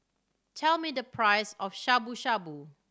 tell me the price of Shabu Shabu